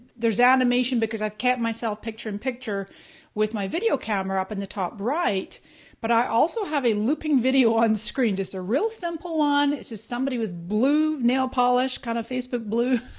there's animation because i've kept myself picture in picture with my video camera up in the top right but i also have a looping video on screen, just a real simple one, it's just somebody with blue nail polish, kind of facebook blue,